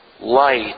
light